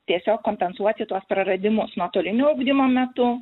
tiesiog kompensuoti tuos praradimus nuotolinio ugdymo metu